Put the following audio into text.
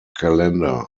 calendar